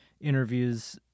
interviews